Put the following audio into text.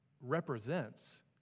represents